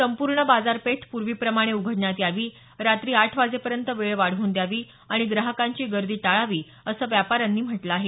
संपूर्ण बाजारपेठ पूर्वी प्रमाणे उघडण्यात यावी रात्री आठ वाजेपर्यँत वेळ वाढवून द्यावी आणि ग्राहकांची गर्दी टाळावी असं व्यापाऱ्यांनी म्हटलं आहे